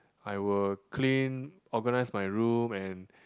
I will clean organize my room and